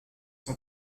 cent